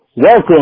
Welcome